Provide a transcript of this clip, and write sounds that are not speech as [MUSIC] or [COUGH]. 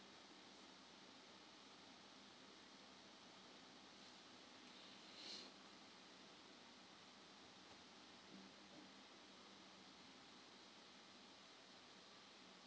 [BREATH]